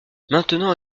maintenant